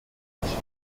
windsor